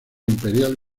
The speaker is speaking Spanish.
imperial